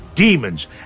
demons